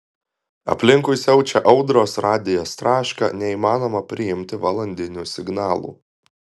aplinkui siaučia audros radijas traška neįmanoma priimti valandinių signalų